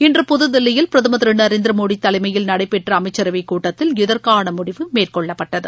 இன்று புதுதில்லியில் பிரதமர் திருநரேந்திரமோடிதலைமையில் நடைபெற்றஅமைச்சரவைக்கூட்டத்தில் இதற்கானமுடிவு மேற்கொள்ளப்பட்டது